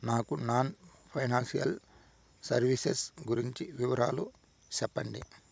నాకు non financial services గురించి వివరాలు సెప్పండి?